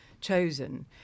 chosen